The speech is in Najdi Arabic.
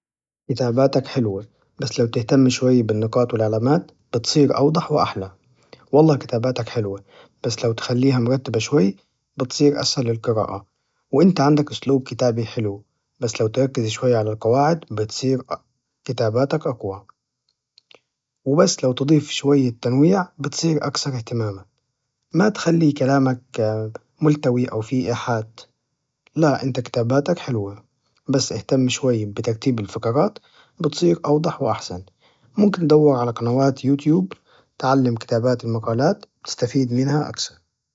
كتاباتك حلوة، بس لو تهتم شوية بالنقاط والعلمات، بتصير أوضح وأحلى، والله كتاباتك حلوة، بس لو تخليها مرتبة شوي، بتصير أسهل للقراءة، وإنت عندك أسلوب كتابة حلو، بس لو تركز شوي على القواعد، بتصير كتاباتك أقوى، وبس لو تظيف شوية تنويع، بتصير أكثر اهتماما، ما تخلي كلامك ملتوي أو في إحاة، لا إنت كتاباتك حلوة، بس اهتم شوية بترتيب الفقرات، بتصير أوضح وأحسن، ممكن تدور على قنوات يوتيوب، بتعلم كتابات المقالات، استفيد منها أكثر.